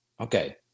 Okay